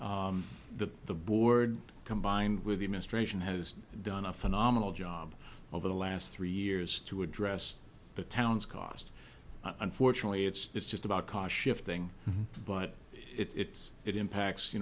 that the board combined with the administration has done a phenomenal job over the last three years to address the town's cost unfortunately it's just about ca shifting but it's it impacts you